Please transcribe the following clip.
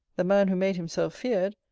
the man who made himself feared,